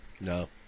No